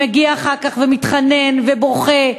שמגיע אחר כך ומתחנן ובוכה,